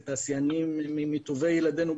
אלו תעשיינים מטובי ילדינו,